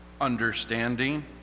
understanding